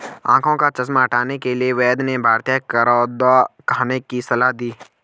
आंखों का चश्मा हटाने के लिए वैद्य ने भारतीय करौंदा खाने की सलाह दी